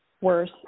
worse